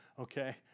Okay